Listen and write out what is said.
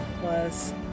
plus